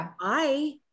I-